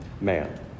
man